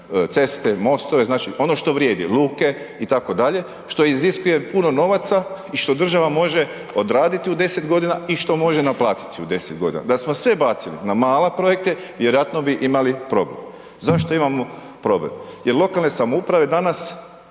ceste, mostove, ono što vrijedi, luke itd. što iziskuje puno novaca i što država može odraditi u 10 godina i što može naplatiti u 10 godina. Da smo sve bacili na male projekte vjerojatno bi imali problem. Zašto imamo problem? Jer lokalne samouprave danas